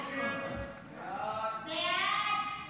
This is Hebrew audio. סעיף 1